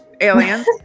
aliens